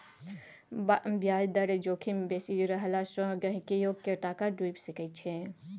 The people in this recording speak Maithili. ब्याज दर जोखिम बेसी रहला सँ गहिंकीयोक टाका डुबि सकैत छै